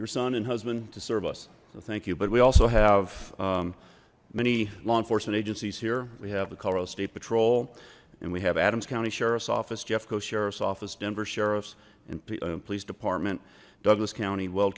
your son and husband to serve us so thank you but we also have many law enforcement agencies here we have the colorado state patrol and we have adams county sheriff's office jeff co sheriff's office denver sheriff's in police department douglas county wel